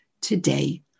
today